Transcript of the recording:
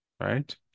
right